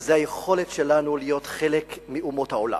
זה היכולת שלנו להיות חלק מאומות העולם.